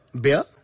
beer